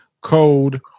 code